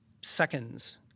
seconds